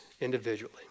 individually